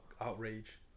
outrage